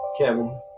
Kevin